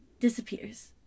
disappears